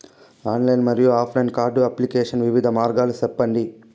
Online మరియు offline card application వివిధ మార్గాలు సెప్పండి?